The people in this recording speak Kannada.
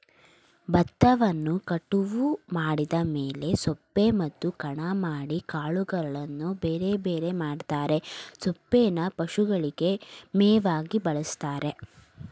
ಬತ್ತವನ್ನು ಕಟಾವು ಮಾಡಿದ ಮೇಲೆ ಸೊಪ್ಪೆ ಮತ್ತು ಕಣ ಮಾಡಿ ಕಾಳುಗಳನ್ನು ಬೇರೆಬೇರೆ ಮಾಡ್ತರೆ ಸೊಪ್ಪೇನ ಪಶುಗಳಿಗೆ ಮೇವಾಗಿ ಬಳಸ್ತಾರೆ